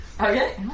Okay